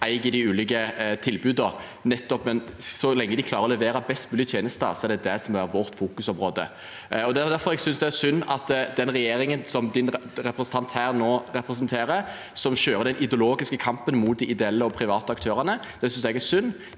eier de ulike tilbudene, så lenge de klarer å levere best mulig tjenester. Det er det som er vårt fokusområde. Det er derfor jeg synes det er synd at den regjeringen representanten her representerer, kjører den ideologiske kampen mot de ideelle og private aktørene. Det synes jeg er synd.